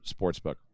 sportsbook